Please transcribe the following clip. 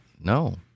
No